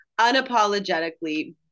unapologetically